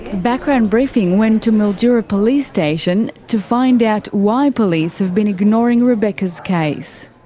background briefing went to mildura police station to find out why police have been ignoring rebecca's case.